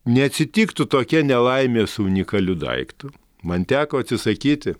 neatsitiktų tokia nelaimė su unikaliu daiktu man teko atsisakyti